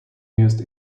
used